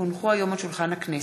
כי הונחו היום על שולחן הכנסת,